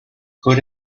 put